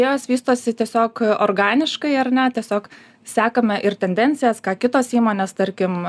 jos vystosi tiesiog organiškai ar ne tiesiog sekame ir tendencijas ką kitos įmonės tarkim